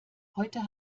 heute